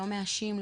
לא מאשים,